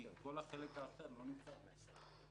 כי כל החלק האחר לא נמצא פה.